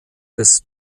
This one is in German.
des